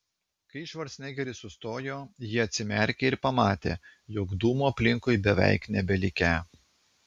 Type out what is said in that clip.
kai švarcnegeris sustojo ji atsimerkė ir pamatė jog dūmų aplinkui beveik nebelikę